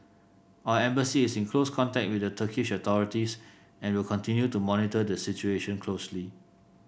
our Embassy is in close contact with the Turkish authorities and will continue to monitor the situation closely